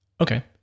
Okay